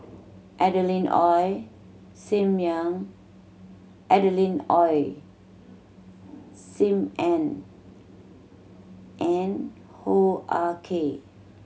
Adeline Ooi Sim Adeline Ooi Sim Ann and Hoo Ah Kay